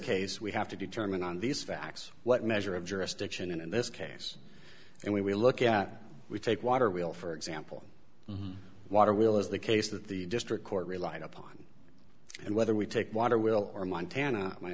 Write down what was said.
case we have to determine on these facts what measure of jurisdiction in this case and we look at we take water we'll for example water we'll as the case that the district court relied upon and whether we take water will or montana my